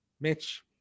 Mitch